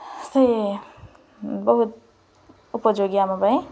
ସେ ବହୁତ ଉପଯୋଗୀ ଆମ ପାଇଁ